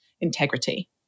integrity